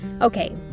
Okay